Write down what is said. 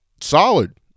solid